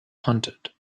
haunted